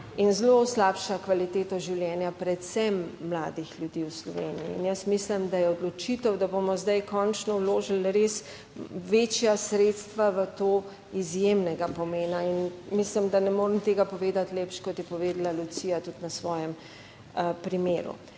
zelo slabša kvaliteto življenja predvsem mladih ljudi v Sloveniji. In jaz mislim, da je odločitev, da bomo zdaj končno vložili res večja sredstva v to, izjemnega pomena in mislim, da ne morem tega povedati lepše kot je povedala Lucija tudi na svojem primeru.